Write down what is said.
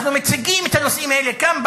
אנחנו מציגים את הנושאים האלה כאן,